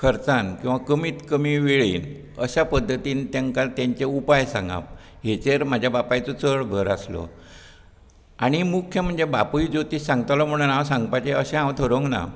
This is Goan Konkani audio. खर्चान किंवां कमीत कमी वेळेन अश्या पध्दतीन तेकां तेंच्यो उपाय सांगप हेचेर म्हज्या बापायचो चड भर आसलो आनी मुख्य म्हणजे बापूय ज्योतीश सांगतालो म्हणोन हांव सांगचें अशे हांव थारोवना